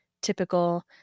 typical